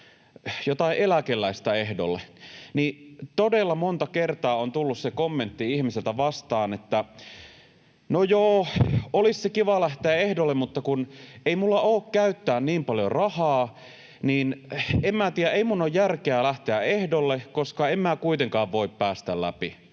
jotain eläkeläistä, ehdolle, niin todella monta kertaa on tullut se kommentti ihmisiltä vastaan, että ”no joo, olisi se kiva lähteä ehdolle, mutta kun ei minulla ole käyttää niin paljon rahaa, niin en minä tiedä, ei minun ole järkeä lähteä ehdolle, koska en minä kuitenkaan voi päästä läpi”,